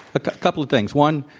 a couple of things, one,